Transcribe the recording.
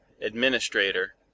Administrator